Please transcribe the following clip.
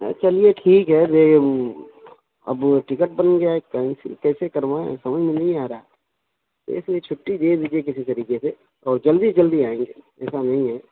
چلیے ٹھیک ہے اب ٹکٹ بن گیا ہے کینسل کیسے کروائیں سمجھ میں نہیں آ رہا ہے تو اس لئے چھٹی دے دیجیے کسی طریقے سے اور جلدی سے جلدی آئیں گے ایسا نہیں ہے